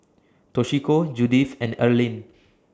Toshiko Judyth and Erlene